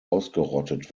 ausgerottet